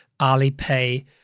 Alipay